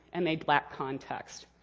and they lack context.